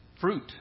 Fruit